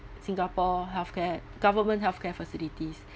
singapore healthcare government healthcare facilities